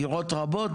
דירות רבות?